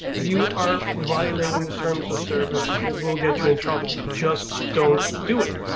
you are violating the terms of service and it will get you in trouble. just don't do it.